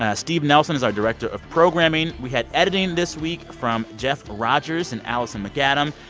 ah steve nelson is our director of programming. we had editing this week from jeff rogers and alison macadam.